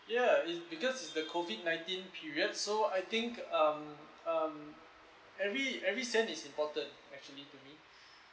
ya it because it's the COVID nineteen period so I think um um every every cents is important actually to me